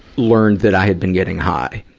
learned that i had been getting high.